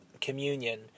communion